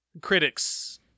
critics